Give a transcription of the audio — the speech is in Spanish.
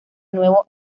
nuevo